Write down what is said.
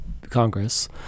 Congress